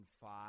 five